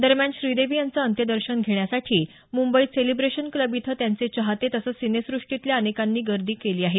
दरम्यान श्रीदेवी यांचं अंत्यदर्शन घेण्यासाठी मुंबईत सेलिब्रेशन क्लब इथं त्यांचे चाहते तसंच सिनेसुष्टीतल्या अनेकांनी गर्दी केली आहे